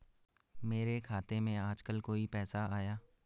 मेरे खाते में आजकल कोई पैसा आया?